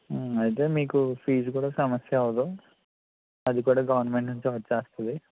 అయితే మీకు ఫీజు కూడా సమస్య అవ్వదు అది కూడా గవర్నమెంట్ నుంచే వచ్చేస్తుంది